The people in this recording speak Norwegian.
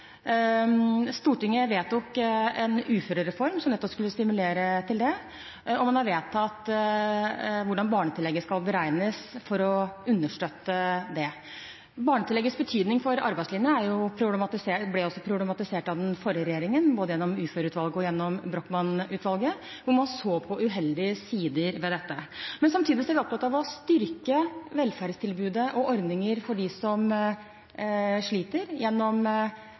Stortinget vedtok en uførereform som nettopp skulle stimulere til det, og man har vedtatt hvordan barnetillegget skal beregnes for å understøtte det. Barnetilleggets betydning for arbeidslinjen ble også problematisert av den forrige regjeringen, både gjennom uføreutvalget og gjennom Brochmann-utvalget, hvor man så på uheldige sider ved dette. Men samtidig er vi opptatt av å styrke velferdstilbudet og ordningene for dem som sliter, gjennom